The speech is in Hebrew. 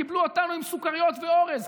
קיבלו אותנו עם סוכריות ואורז,